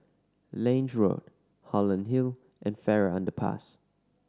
Lange Road Holland Hill and Farrer Underpass